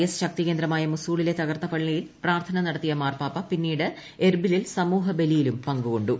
S ശക്തികേന്ദ്രമായ മ്യൊസൂളിലെ തകർന്ന പള്ളിയിൽ പ്രാർത്ഥന നടത്തിയ മാർപ്പാപ്പ് പ്രിന്നീട് ഇർബിലിൽ സമൂഹബലിയിലും പങ്കുക്കൊണ്ടു